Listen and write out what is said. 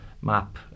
map